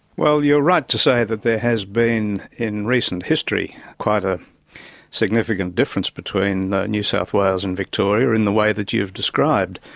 well you're right to say that there has been, in recent history, quite a significant difference between new south wales and victoria in the way that you've described,